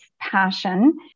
passion